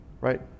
right